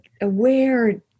aware